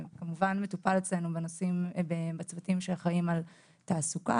זה כמובן מטופל אצלנו בצוותים שאחראים על תעסוקה,